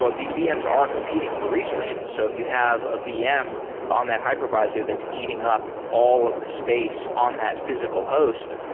ah these vms are competing for resources. so if you have a vm on that hypervisor that's eating up all of the space on that physical host,